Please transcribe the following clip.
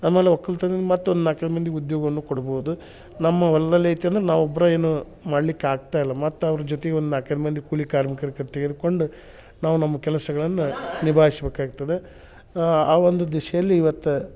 ಆಮೇಲೆ ಒಕ್ಕಲ್ತನದ ಮತ್ತೊಂದು ನಾಲ್ಕೈದು ಮಂದಿಗ ಉದ್ಯೋಗವನ್ನು ಕೊಡ್ಬೋದು ನಮ್ಮ ಹೊಲ್ದಲ್ಲಿ ಐತಿ ಅಂದ್ರ ನಾವು ಒಬ್ರ ಏನೂ ಮಾಡ್ಲಿಕ್ಕೆ ಆಗ್ತಾ ಇಲ್ಲ ಮತ್ತು ಅವ್ರ ಜೊತಿಗೆ ಒಂದು ನಾಲ್ಕೈದು ಮಂದಿ ಕೂಲಿ ಕಾರ್ಮಿಕ್ರ ಕ ತೆಗೆದುಕೊಂಡು ನಾವು ನಮ್ಮ ಕೆಲಸಗಳನ್ನ ನಿಭಾಯಿಸ್ಬೇಕಾಗ್ತದೆ ಆ ಒಂದು ದಿಶೆಯಲ್ಲಿ ಇವತ್ತ